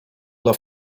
dla